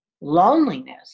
Loneliness